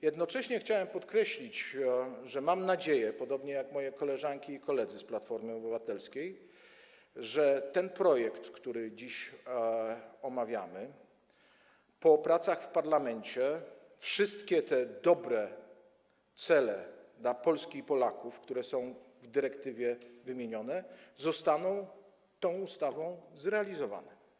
Jednocześnie chciałem podkreślić, że mam nadzieję, podobnie jak moje koleżanki i moi koledzy z Platformy Obywatelskiej, że jeśli chodzi o projekt, który dziś omawiamy, po pracach w parlamencie wszystkie te dobre cele dla Polski i Polaków, które są w dyrektywie wymienione, zostaną tą ustawą zrealizowane.